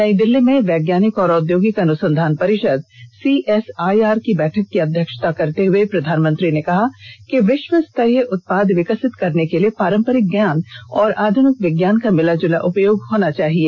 नई दिल्ली में वैज्ञानिक और औद्योगिक अनुसंधान परिषद सीएसआईआर की बैठक की अध्यक्षता करते हुए प्रधानमंत्री ने कहा कि विश्व स्तरीय उत्पाद विकसित करने के लिए पारंपरिक ज्ञान और आध्निक विज्ञान का मिला जुला उपयोग करना चाहिए